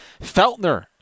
Feltner